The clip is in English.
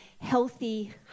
healthy